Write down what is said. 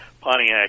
Pontiac